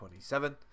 27